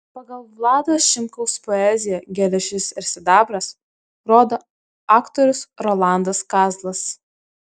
pagal vlado šimkaus poeziją geležis ir sidabras rodo aktorius rolandas kazlas